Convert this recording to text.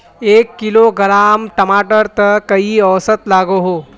एक किलोग्राम टमाटर त कई औसत लागोहो?